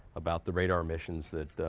about the radar missions that